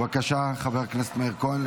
בבקשה, חבר הכנסת מאיר כהן.